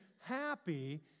happy